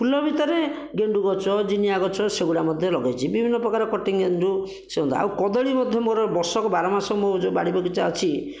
ଫୁଲ ଭିତରେ ଗେଣ୍ଡୁ ଗଛ ଜିନିଆ ଗଛ ସେଗୁଡ଼ାକ ମଧ୍ୟ ଲଗେଇଛି ବିଭିନ୍ନ ପ୍ରକାର କଟିଂଗ୍ ଗେଣ୍ଡୁ ଆଉ କଦଳୀ ମଧ୍ୟ ମୋର ବର୍ଷକ ବାର ମାସ ମୋର ଯେଉଁ ବାଡ଼ି ବଗିଚା ଅଛି